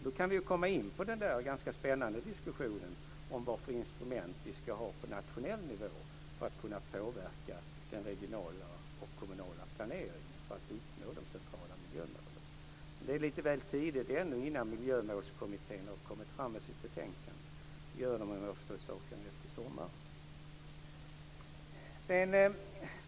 Då kan vi ju komma in på den ganska spännande diskussionen om vilka instrument vi ska ha på nationell nivå för att kunna påverka den regionala och kommunala planeringen och uppnå de centrala miljömålen. Det är lite väl tidigt att göra det innan Miljömålskommittén har kommit med sitt betänkande, som man gör i sommar om jag har förstått saken rätt.